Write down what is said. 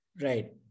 Right